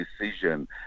decision